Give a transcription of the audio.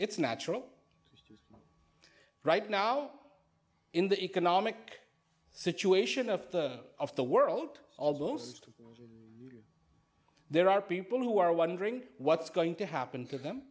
it's natural right now in the economic situation of the of the world of those there are people who are wondering what's going to happen to them